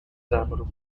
samuel